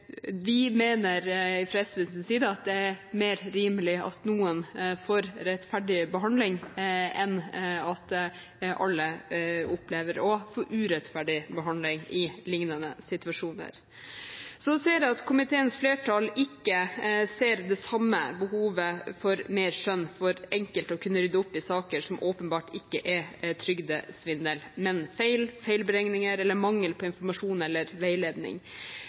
Vi mener fra SVs side at det er mer rimelig at noen får rettferdig behandling enn at alle opplever å få urettferdig behandling i lignende situasjoner. Så ser jeg at komiteens flertall ikke ser det samme behovet for mer skjønn for enkelt å kunne rydde opp i saker som åpenbart ikke er trygdesvindel, men feil, feilberegninger eller mangel på informasjon eller veiledning.